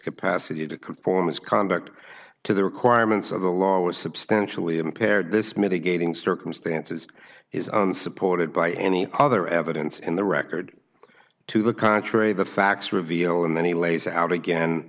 capacity to conform his conduct to the requirements of the law was substantially impaired this mitigating circumstances is unsupported by any other evidence in the record to the contrary the facts revealed and then he lays out again